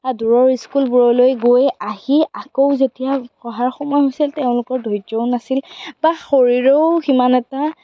দূৰৈৰ স্কুলবোৰলৈ গৈ আহি আকৌ যেতিয়া পঢ়াৰ সময় হৈছিল তেওঁলোকৰ ধৰ্য্য়ও নাছিল বা শৰীৰেও সিমান এটা